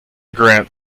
grant